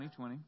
2020